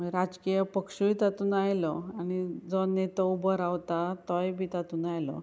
म्हळ्यार राजकीय पक्षूय तातूंत आयलो आनी जो नेतो उबो रावता तोय बी तातूंत आयलो